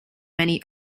many